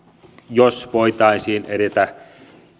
jos tässä voitaisiin edetä